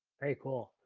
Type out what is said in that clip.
very cool.